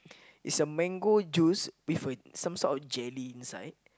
it's a mango juice with some sort of jelly inside